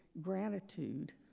gratitude